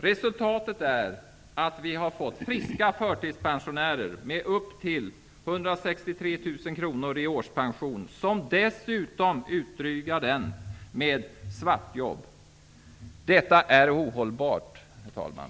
Resultatet är att vi har fått friska förtidspensionärer med upp till 163 000 kr i årspension, som de dessutom utdrygar med svartjobb. Detta är ohållbart, herr talman.